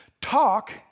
Talk